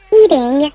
eating